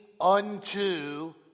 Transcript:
unto